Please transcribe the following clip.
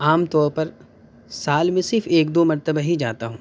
عام طور پر سال میں صرف ایک دو مرتبہ ہی جاتا ہوں